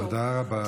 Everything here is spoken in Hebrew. תודה רבה.